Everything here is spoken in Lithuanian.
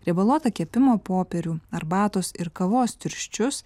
riebaluotą kepimo popierių arbatos ir kavos tirščius